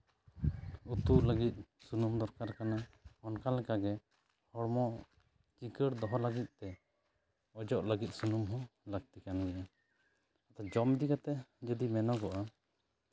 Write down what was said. ᱩᱛᱩ ᱞᱟᱹᱜᱤᱫ ᱥᱩᱱᱩᱢ ᱫᱚᱨᱠᱟᱨ ᱠᱟᱱᱟ ᱚᱱᱠᱟ ᱞᱮᱠᱟᱜᱮ ᱦᱚᱲᱢᱚ ᱪᱤᱠᱟᱹᱲ ᱫᱚᱦᱚ ᱞᱟᱹᱜᱤᱫ ᱛᱮ ᱚᱡᱚᱜ ᱞᱟᱹᱜᱤᱫ ᱥᱩᱱᱩᱢ ᱦᱚᱸ ᱞᱟᱹᱠᱛᱤ ᱠᱟᱱ ᱜᱮᱭᱟ ᱟᱫᱚ ᱡᱚᱢ ᱤᱫᱤ ᱠᱟᱛᱮᱫ ᱡᱩᱫᱤ ᱢᱮᱱᱚᱜᱚᱜᱼᱟ